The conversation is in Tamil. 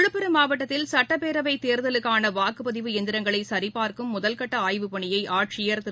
விழுப்புரம் மாவட்டத்தில் சட்டப்பேரவை தேர்தலுக்காள வாக்குப்பதிவு இயந்திரங்களை சரிபாா்க்கும் ஆட்சியர் முதற்கட்ட ஆய்வுப்பணியை திரு